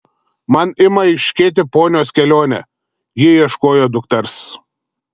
man ima aiškėti ponios kelionė ji ieškojo dukters